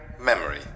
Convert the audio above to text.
memory